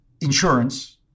insurance